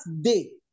day